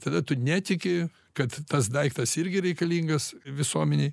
tada tu netiki kad tas daiktas irgi reikalingas visuomenei